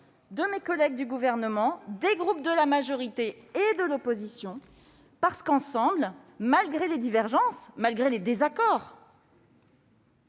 de mes collègues du Gouvernement et des groupes de la majorité et de l'opposition. Ensemble, malgré les divergences et les désaccords,